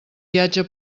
viatge